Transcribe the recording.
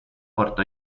portò